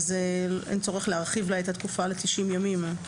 אין צורך להרחיב לה את התקופה ל-90 ימים.